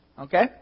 Okay